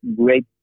great